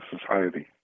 society